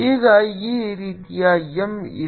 ಈಗ ಈ ರೀತಿಯ M ಇದೆ